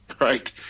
right